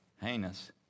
heinous